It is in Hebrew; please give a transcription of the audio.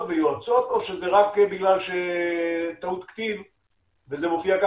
ויועצות או רק כי זו טעות כתיב במצגת?